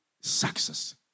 success